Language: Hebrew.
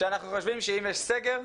שאנחנו חושבים שאם יש סגר,